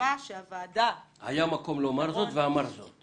מצפה שהוועדה --- היה מקום לומר זאת ואמרת זאת.